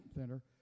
thinner